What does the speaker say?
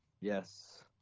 Yes